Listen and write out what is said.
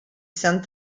san